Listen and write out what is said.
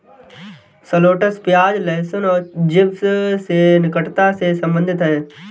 shallots प्याज, लहसुन और चिव्स से निकटता से संबंधित है